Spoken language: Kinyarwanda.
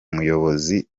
muyobozi